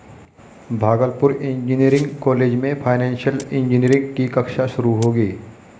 Bhagalpur engineering college में financial engineering की कक्षा शुरू होगी